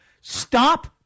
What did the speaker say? Stop